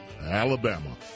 alabama